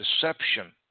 Deception